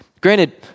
Granted